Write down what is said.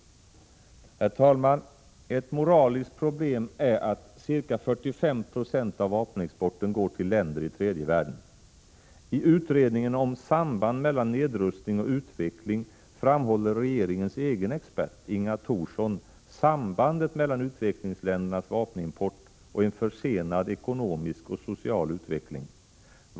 Herr talman! Ett moraliskt problem är att ca 45 96 av vapenexporten går till länder i tredje världen. I utredningen om samband mellan nedrustning och utveckling framhåller regeringens egen expert, Inga Thorsson, sambandet mellan utvecklingsländernas vapenimport och en försenad ekonomisk och social utveckling.